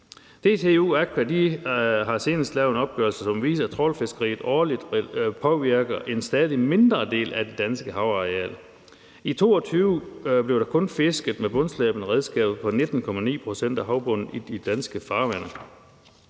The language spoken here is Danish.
DTU Aqua har senest lavet en opgørelse, som viser, at trawlfiskeriet årligt påvirker en stadig mindre del af det danske havareal. I 2022 blev der kun fisket med bundslæbende redskaber på 19,9 pct. af havbunden i de danske farvande.